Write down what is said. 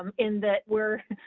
um in that we're,